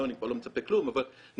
היום אני כבר לא מצפה לכלום, אבל נניח,